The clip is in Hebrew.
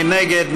מי נגד?